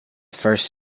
first